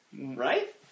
Right